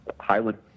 highland